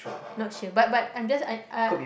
not sure but but I'm just uh